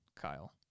Kyle